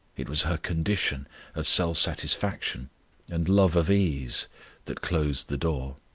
it was her condition of self-satisfaction and love of ease that closed the door.